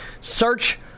Search